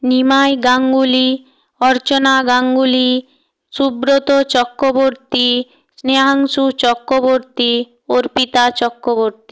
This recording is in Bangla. নিমাই গাঙ্গুলি অর্চনা গাঙ্গুলি সুব্রত চক্রবর্তী স্নেহাংশু চক্রবর্তী অর্পিতা চক্রবর্তী